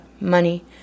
money